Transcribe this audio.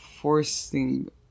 forcing